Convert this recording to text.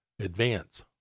advance